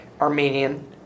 Armenian